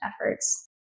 efforts